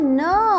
no